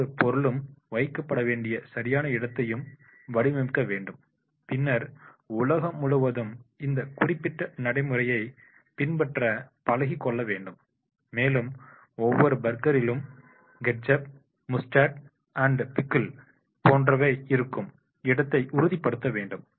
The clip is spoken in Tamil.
ஒவ்வொரு பொருளும் வைக்கப்பட வேண்டிய சரியான இடத்தையும் வடிவமைக்க வேண்டும் பின்னர் உலக முழுவதும் இந்த குறிப்பிட்ட நடைமுறையை பின்பற்ற பழகி கொள்ள வேண்டும் மேலும் ஒவ்வொரு பர்கரிலும் ketchup mustard and pickle ketchup mustard and pickle போன்றவை இருக்கும் இடத்தை உறுதிப்படுத்தவேண்டும்